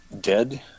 dead